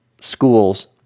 schools